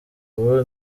ubu